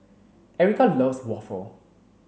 Ericka loves waffle